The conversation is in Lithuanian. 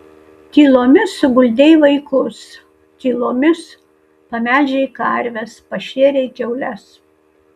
tylomis suguldei vaikus tylomis pamelžei karves pašėrei kiaules